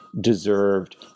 deserved